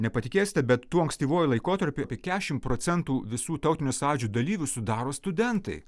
nepatikėsite bet tuo ankstyvuoju laikotarpiu apie kešim procentų visų tautinio sąjūdžio dalyvių sudaro studentai